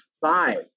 five